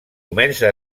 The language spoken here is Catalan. començà